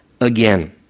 again